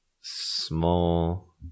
small